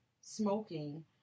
smoking